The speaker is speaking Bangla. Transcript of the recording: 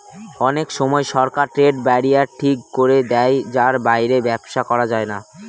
অনেক সময় সরকার ট্রেড ব্যারিয়ার ঠিক করে দেয় যার বাইরে ব্যবসা করা যায় না